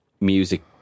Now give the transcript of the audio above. music